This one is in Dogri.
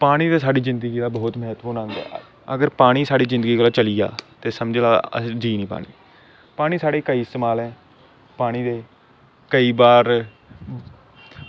पानी ते साढ़ी जिंदगी दा बहोत महत्तवपूर्ण अंग ऐ अगर पानी साढ़ी जिंदगी दा समझो चली जा ते अस मतलब जी निं पांदे पानी साढ़े ताहीं केईं इस्तेमाल पानी दे केईं बार